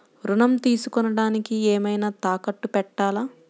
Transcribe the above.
ఋణం తీసుకొనుటానికి ఏమైనా తాకట్టు పెట్టాలా?